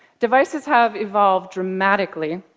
devices have evolved dramatically.